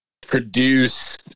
produce